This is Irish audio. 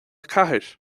ceathair